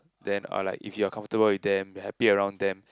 then I will like if you are comfortable with them you are happy around them